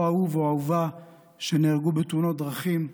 אהוב או אהובה שנהרגו בתאונות דרכים.